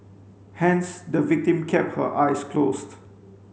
hence the victim kept her eyes closed